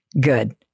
Good